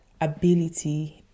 ability